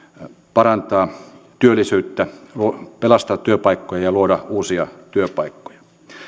parantaa työllisyyttä pelastaa työpaikkoja ja ja luoda uusia työpaikkoja